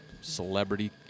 celebrity